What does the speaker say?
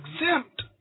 exempt